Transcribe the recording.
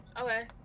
Okay